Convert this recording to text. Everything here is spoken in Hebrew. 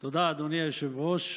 תודה, אדוני היושב-ראש.